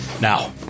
Now